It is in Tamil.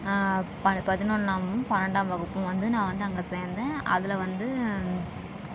பதி பதினொன்றாம் பன்னெண்டாம் வகுப்பும் வந்து நான் வந்து அங்கே சேர்ந்தேன் அதில் வந்து